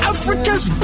Africa's